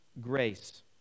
grace